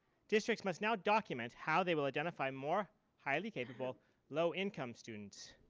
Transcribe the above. districts must now document how they will identify more highly capable low income students.